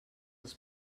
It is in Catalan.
els